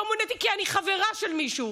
לא מוניתי כי אני חברה של מישהו,